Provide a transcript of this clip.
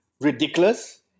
ridiculous